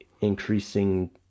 increasing